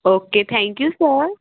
okay thank you sir